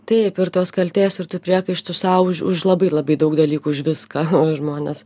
taip ir tos kaltės ir tų priekaištų sau už už labai labai daug dalykų už viską o žmonės